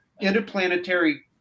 interplanetary